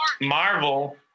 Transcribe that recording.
Marvel